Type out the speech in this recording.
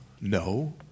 No